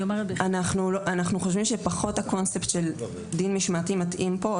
אנחנו חושבים שפחות הקונספט של דין משמעתי מתאים פה.